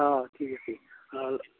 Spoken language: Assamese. অঁ ঠিক আছে অঁ